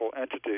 entity